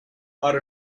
are